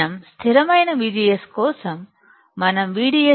మనం స్థిరమైన VGS కోసం మనం VDS